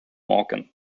morgan